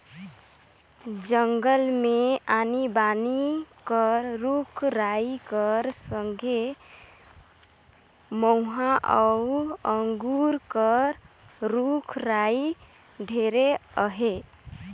जंगल मे आनी बानी कर रूख राई कर संघे मउहा अउ अंगुर कर रूख राई ढेरे अहे